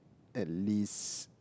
at least